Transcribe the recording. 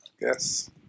Yes